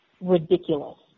ridiculous